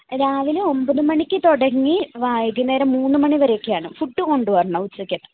രാവിലെ ഒമ്പത് മണിക്ക് തുടങ്ങി വൈകുന്നേരം മൂന്ന് മണിവരെ ഒക്കെയാണ് ഫുഡ് കൊണ്ടുവരണം ഉച്ചയ്ക്ക്